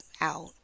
out